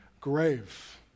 grave